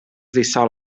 dissol